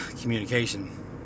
communication